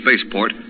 spaceport